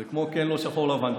זה כמו כן, לא, שחור, לבן.